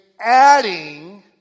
adding